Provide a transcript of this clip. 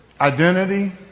Identity